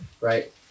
right